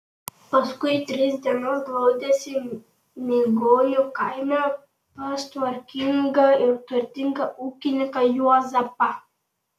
paskui tris dienas glaudėsi migonių kaime pas tvarkingą ir turtingą ūkininką juozapą